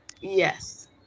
Yes